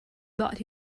bought